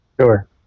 Sure